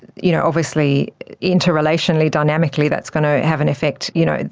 you know obviously interrelationally, dynamically, that's going to have an effect. you know,